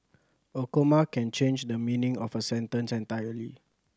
a comma can change the meaning of a sentence entirely